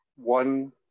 One